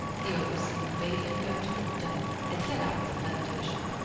the overseer bade him go to the devil, and get out of the plantation.